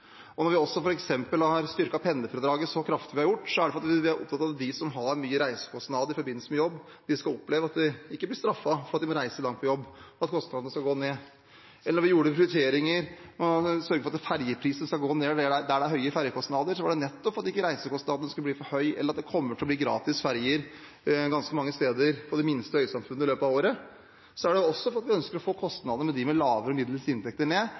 Når vi også f.eks. har styrket pendlerfradraget så kraftig som vi har gjort, er det fordi vi er opptatt av at de som har store reisekostnader i forbindelse med jobb, skal oppleve at de ikke blir straffet fordi de må reise langt på jobb, og at kostnadene går ned. Da vi gjorde prioriteringer og sørget for at ferjeprisene skulle gå ned der det er høye ferjekostnader, var det nettopp for at ikke reisekostnadene skulle bli for høye. Når det kommer til å bli gratis ferjer ganske mange steder, i de minste øysamfunnene, i løpet av året, er det også fordi vi ønsker å få kostnadene for dem med lave og middels inntekter ned.